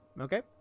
Okay